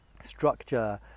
structure